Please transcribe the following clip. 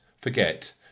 forget